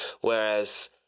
Whereas